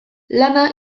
lana